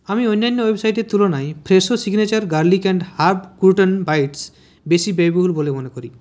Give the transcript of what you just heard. আমি অন্যান্য ওয়েবসাইটের তুলনায় Fresho signature garlic and herb crouton bites বেশি ব্যয়বহুল বলে মনে করি